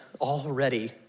already